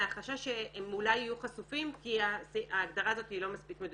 מהחשש שהם אולי יהיו חשופים כי ההגדרה הזו לא מספיק מדויקת.